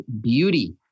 beauty